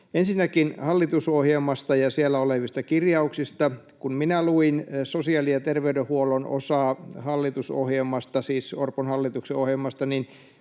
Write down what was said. Ensinnäkin hallitusohjelmasta ja siellä olevista kirjauksista. Kun minä luin sosiaali- ja terveydenhuollon osaa hallitusohjelmasta,